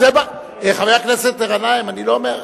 חבר הכנסת גנאים, אני לא אומר.